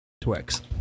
Twix